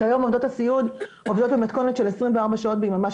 כיום עובדות הסיעוד עובדות במתכונת של 24 שעות ביממה,